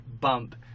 bump